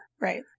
Right